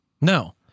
No